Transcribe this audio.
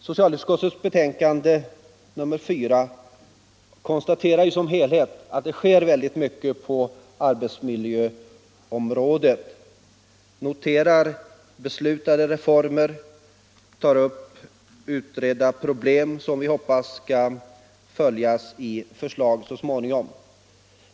Socialutskottets betänkande nr 4 konstaterar som helhet att det sker väldigt mycket på arbetsmiljöområdet. I betänkandet noteras beslutade reformer och tas upp utredda problem, som vi hoppas så småningom skall följas av förslag.